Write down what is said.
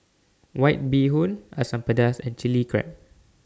White Bee Hoon Asam Pedas and Chilli Crab